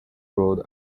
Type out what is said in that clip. road